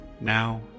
Now